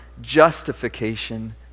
justification